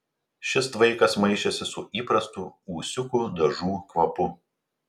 šis tvaikas maišėsi su įprastu ūsiukų dažų kvapu